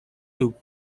who